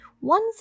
One